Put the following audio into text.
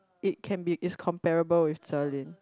it can be it's comparable with Ze-Lin